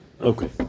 Okay